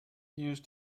use